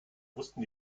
wussten